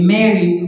Mary